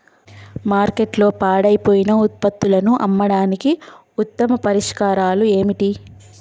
మార్కెట్లో పాడైపోయిన ఉత్పత్తులను అమ్మడానికి ఉత్తమ పరిష్కారాలు ఏమిటి?